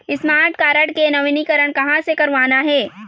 Smart card के नवीनीकरण कहां से करवाना हे?